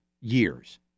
years